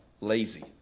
lazy